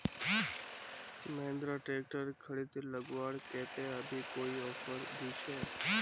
Mahindra tractor खरीद लगवार केते अभी कोई ऑफर भी छे?